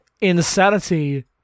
insanity